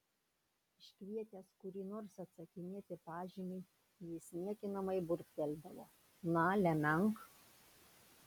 iškvietęs kurį nors atsakinėti pažymiui jis niekinamai burbteldavo na lemenk